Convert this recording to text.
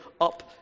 up